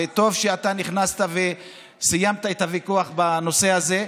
וטוב שאתה נכנסת וסיימת את הוויכוח בנושא הזה,